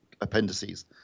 appendices